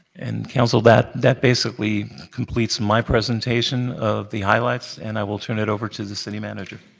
and council, that that basically completes my presentation of the highlights, and i will turn it over to the city manager.